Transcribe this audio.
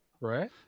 right